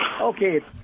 Okay